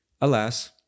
Alas